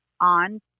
on